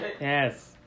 Yes